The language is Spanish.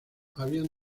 habían